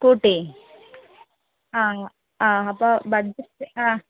scooty ആ ആ അപ്പോൾ ബഡ്ജറ്റ് ആ